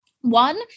one